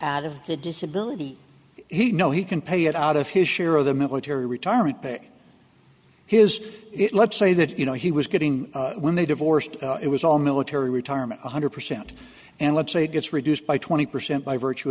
out of the disability he know he can pay it out of his share of the military retirement pay his it let's say that you know he was getting when they divorced it was all military retirement one hundred percent and let's say gets reduced by twenty percent by virtue